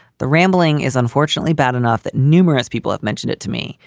the rambling is unfortunately bad enough that numerous people have mentioned it to me,